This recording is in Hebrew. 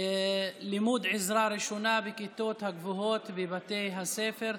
לימוד עזרה ראשונה בכיתות הגבוהות בבתי הספר,